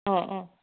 অঁ অঁ